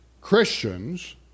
Christians